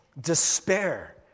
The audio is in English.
despair